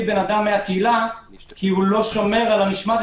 אדם מהקהילה כי הוא לא שומר על המשמעת.